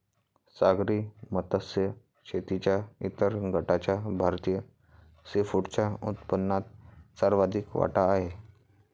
सागरी मत्स्य शेतीच्या इतर गटाचा भारतीय सीफूडच्या उत्पन्नात सर्वाधिक वाटा आहे